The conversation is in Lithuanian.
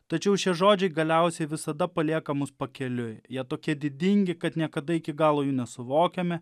tačiau šie žodžiai galiausiai visada palieka mus pakeliui jie tokie didingi kad niekada iki galo jų nesuvokiame